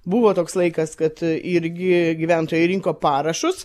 buvo toks laikas kad irgi gyventojai rinko parašus